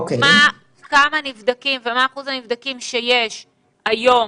כמה נבדקים ומה אחוז הנבדקים שיש היום